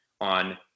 on